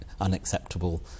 unacceptable